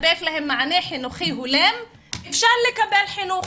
לספק להם מענה חינוכי הולם, אפשר לקבל חינוך,